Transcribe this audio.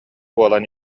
буолан